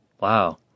wow